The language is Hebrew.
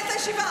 הוא יום מבורך.